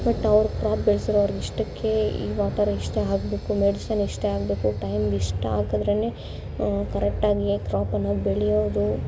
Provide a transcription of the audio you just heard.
but ಅವ್ರು crop ಬೆಳ್ಸಿರೋರು ಇಷ್ಟಕ್ಕೆ ಈ ವ್ಯಾಪಾರ ಇಷ್ಟು ಆಗಬೇಕು ಮೆಡಿಷನ್ ಇಷ್ಟು ಹಾಕ್ಬೇಕು ಟೈಮ್ಗೆ ಇಷ್ಟು ಹಾಕಿದ್ರೇನೆ ಕರೆಕ್ಟಾಗಿ ಕ್ರಾಪ್ ಅನ್ನೋದು ಬೆಳೆಯೋದು